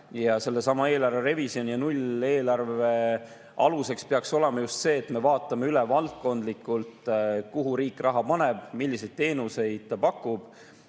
Sellesama eelarve revisjoni ja nulleelarve aluseks peaks olema just see, et me vaatame üle valdkondlikult, kuhu riik raha paneb, milliseid teenuseid pakub